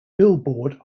billboard